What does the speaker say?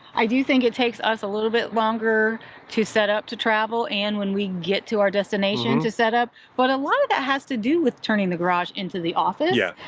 i do think it takes us a little bit longer to set up to travel, and when we get to our destination, to set up, but a lot of that has to do with turning the garage into the office. yeah.